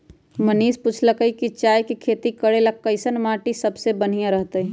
मनीष पूछलकई कि चाय के खेती करे ला कईसन माटी सबसे बनिहा रहतई